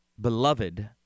beloved